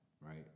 right